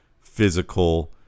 physical